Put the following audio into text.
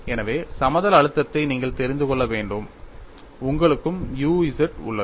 எனவே சமதள அழுத்தத்தை நீங்கள் தெரிந்து கொள்ள வேண்டும் உங்களுக்கும் u z உள்ளது